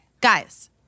guys